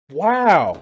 wow